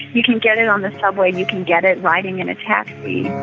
you can get it on the subway, you can get it riding in a taxi.